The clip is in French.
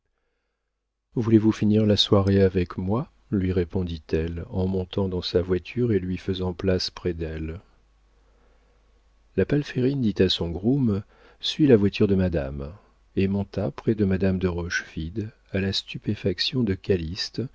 dit-il voulez-vous finir la soirée avec moi lui répondit-elle en montant dans sa voiture et lui faisant place près d'elle la palférine dit à son groom suis la voiture de madame et monta près de madame de rochefide à la stupéfaction de